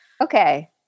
Okay